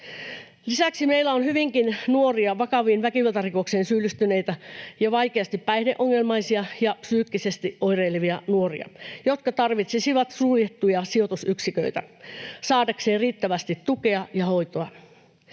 Lisäksi meillä on hyvinkin nuoria vakaviin väkivaltarikoksiin syyllistyneitä ja vaikeasti päihdeongelmaisia ja psyykkisesti oireilevia nuoria, jotka tarvitsisivat suljettuja sijoitusyksiköitä saadakseen riittävästi tukea ja hoitoa.